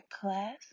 class